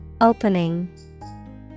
Opening